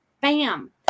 bam